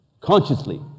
consciously